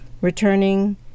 returning